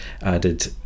added